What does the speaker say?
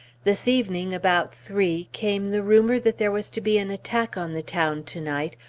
this evening, about three, came the rumor that there was to be an attack on the town to-night,